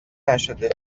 نشده